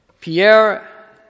Pierre